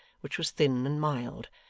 which was thin and mild,